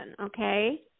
okay